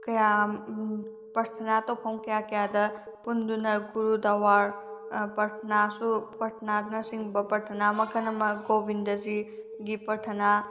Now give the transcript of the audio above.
ꯀꯌꯥ ꯄ꯭ꯔꯊꯅꯥ ꯇꯧꯐꯝ ꯀꯌꯥ ꯀꯌꯥꯗ ꯄꯨꯟꯗꯨꯅ ꯒꯨꯔꯨꯗꯋꯥꯔ ꯄ꯭ꯔꯊꯅꯥꯁꯨ ꯄ꯭ꯔꯊꯅꯥꯅꯆꯤꯡꯕ ꯄ꯭ꯔꯊꯥꯅꯥ ꯃꯈꯜ ꯑꯃ ꯒꯣꯕꯤꯟꯗꯖꯤꯒꯤ ꯄ꯭ꯔꯊꯅꯥ